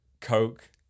coke